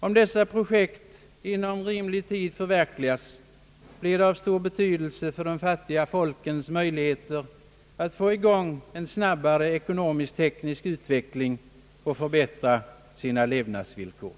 Om dessa projekt inom rimlig tid förverkligas, blir de av stor betydelse för de fattiga folkens möjligheter att få i gång snabbare ekonomisk-teknisk utveckling och därmed förbättra sina levnadsvillkor.